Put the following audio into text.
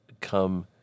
come